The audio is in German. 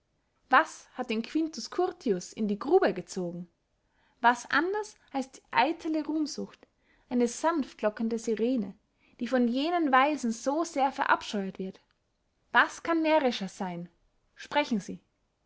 was hat den quintus curtius in die grube gezogen was anders als die eitele ruhmsucht eine sanft lockende sirene die von jenen weisen so sehr verabscheuet wird was kann närrischer seyn sprechen sie